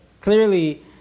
clearly